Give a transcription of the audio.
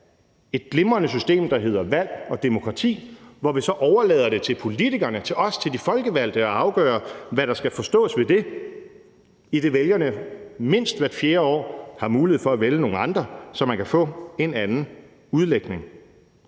et glimrende system, der hedder valg og demokrati, hvor vi så overlader det til politikerne, til os, til de folkevalgte, at afgøre, hvad der skal forstås ved det, idet vælgerne mindst hvert fjerde år har mulighed for at vælge nogle andre, så man kan få en anden udlægning.